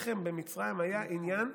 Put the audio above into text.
לחם במצרים היה עניין,